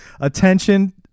Attention